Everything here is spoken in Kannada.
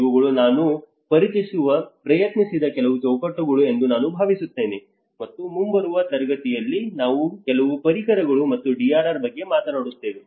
ಇವುಗಳು ನಾನು ಪರಿಚಯಿಸಲು ಪ್ರಯತ್ನಿಸಿದ ಕೆಲವು ಚೌಕಟ್ಟುಗಳು ಎಂದು ನಾನು ಭಾವಿಸುತ್ತೇನೆ ಮತ್ತು ಮುಂಬರುವ ತರಗತಿಯಲ್ಲಿ ನಾವು ಕೆಲವು ಪರಿಕರಗಳು ಮತ್ತು DRR ಬಗ್ಗೆ ಮಾತನಾಡುತ್ತೇವೆ